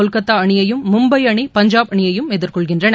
கொல்கத்தா அணியையும் மும்பை அணி பஞ்சாப் அணியையும் எதிர்கொள்கின்றன